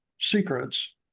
secrets